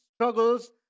struggles